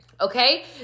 Okay